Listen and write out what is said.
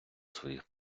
своїх